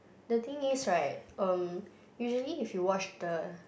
the thing is right um usually if you watch the